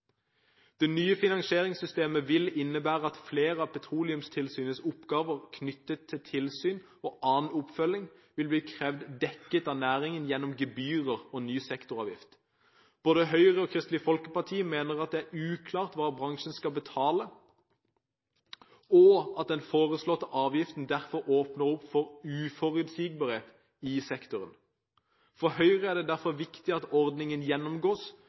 Det nye finansieringssystemet vil innebære at flere av Petroleumstilsynets oppgaver knyttet til tilsyn og annen oppfølging, vil bli krevd dekket av næringen gjennom gebyrer og ny sektoravgift. Både Høyre og Kristelig Folkeparti mener at det er uklart hva bransjen skal betale, og at den foreslåtte avgiften derfor åpner opp for uforsutsigbarhet i sektoren. For Høyre er det derfor viktig at ordningen gjennomgås